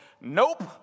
Nope